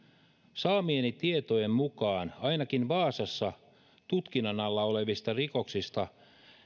saamieni tietojen mukaan ainakin vaasassa tutkinnan alla olevista rikoksista